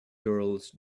girls